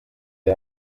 aya